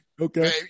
Okay